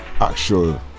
actual